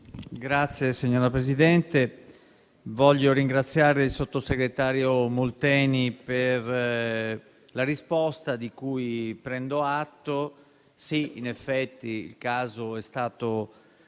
Signor Presidente, voglio ringraziare il sottosegretario Molteni per la risposta, di cui prendo atto. In effetti, il caso è stato